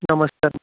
నమస్కారం